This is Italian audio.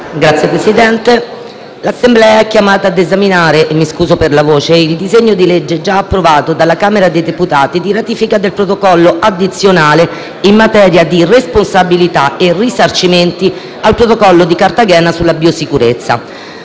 Signor Presidente, l'Assemblea è chiamata ad esaminare il disegno di legge, già approvato dalla Camera dei deputati, di ratifica del Protocollo addizionale in materia di responsabilità e risarcimenti al Protocollo di Cartagena sulla biosicurezza.